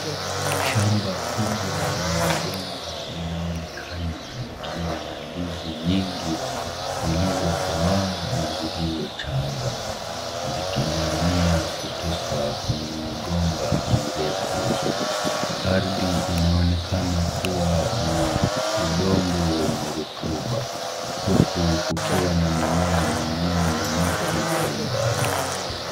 Shamba kubwa la migomba linaonekana likiwa na ndizi nyingi zilizokomaa na zilizochanga zikining'inia kutoka kwenye migomba mirefu, ardhi inaonekana kuwa na udongo mwenye rotuba, huku kukiwa na mimea mingine na miti kwa umbali.